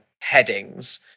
headings